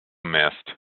missed